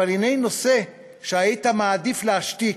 אבל הנה נושא שהיית מעדיף להשתיק,